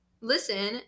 Listen